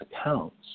accounts